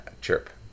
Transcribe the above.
chirp